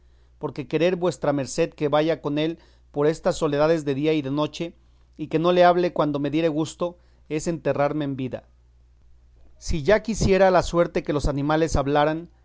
porque querer vuestra merced que vaya con él por estas soledades de día y de noche y que no le hable cuando me diere gusto es enterrarme en vida si ya quisiera la suerte que los animales hablaran